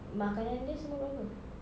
makanan dia semua berapa